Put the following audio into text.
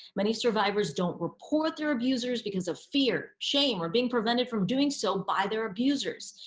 many survivors don't report their abusers because of fear, shame, or being prevented from doing so by their abusers.